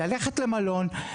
ללכת למלון,